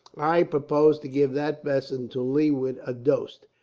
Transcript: i propose to give that vessel to leeward a dose.